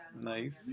Nice